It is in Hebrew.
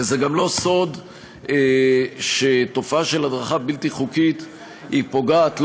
זה גם לא סוד שתופעה של הדרכה בלתי חוקית פוגעת לא